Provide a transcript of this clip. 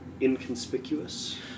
inconspicuous